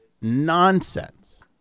nonsense